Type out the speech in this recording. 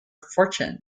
fortune